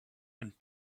and